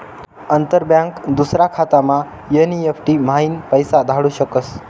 अंतर बँक दूसरा खातामा एन.ई.एफ.टी म्हाईन पैसा धाडू शकस